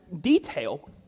detail